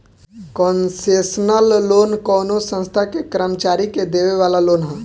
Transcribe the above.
concessional loan कवनो संस्था के कर्मचारी के देवे वाला लोन ह